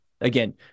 Again